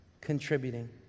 contributing